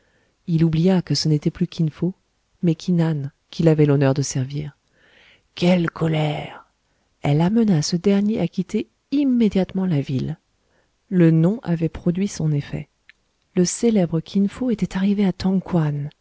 il oublia que ce n'était plus kin fo mais ki nan qu'il avait l'honneur de servir quelle colère elle amena ce dernier à quitter immédiatement la ville le nom avait produit son effet le célèbre kin fo était arrivé à